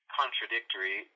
contradictory